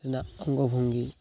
ᱨᱮᱱᱟᱜ ᱚᱝᱜᱚᱼᱵᱷᱚᱝᱜᱤ